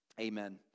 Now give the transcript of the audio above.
amen